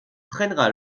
freinera